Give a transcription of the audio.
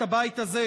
את הבית הזה,